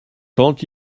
tant